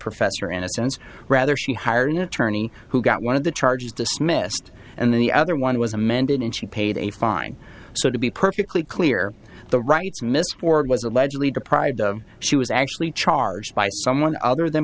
professor in a sense rather she hired an attorney who got one of the charges dismissed and then the other one was amended and she paid a fine so to be perfectly clear the rights mrs ford was allegedly deprived of she was actually charged by someone other than